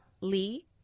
Lee